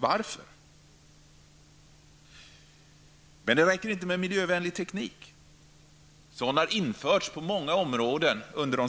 Varför? Men det räcker inte med en miljövänlig teknik. Sådan har införts på många områden under de